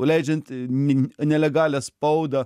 leidžiant nelegalią spaudą